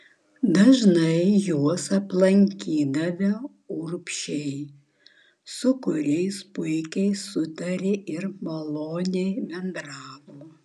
dažnai juos aplankydavę urbšiai su kuriais puikiai sutarė ir maloniai bendravo